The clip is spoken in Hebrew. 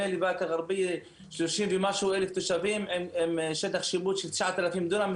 בבאקה אל גרבייה אנחנו כ-30,000 תושבים בשטח שיפוט של 9,000 דונם.